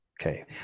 Okay